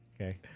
Okay